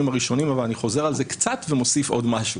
הראשונים אבל אני חוזר על זה קצת ומוסיף עוד משהו